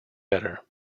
better